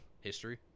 history